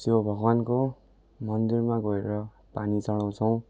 शिव भगवान्को मन्दिरमा गएर पानी चढाउँछौँ